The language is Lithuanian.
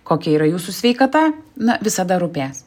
kokia yra jūsų sveikata na visada rūpės